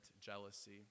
jealousy